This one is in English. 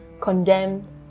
condemned